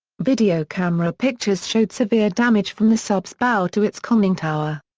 video camera pictures showed severe damage from the sub's bow to its conning tower.